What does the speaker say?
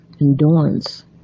Endurance